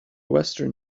western